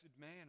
man